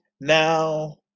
now